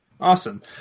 Awesome